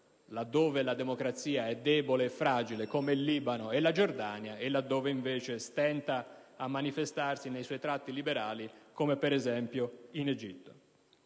laddove la democrazia è debole e fragile, come in Libano e in Giordania, e laddove stenta a manifestarsi nei suoi tratti liberali, come in Egitto.